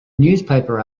newspaper